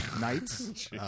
Knights